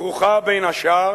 כרוכה בין השאר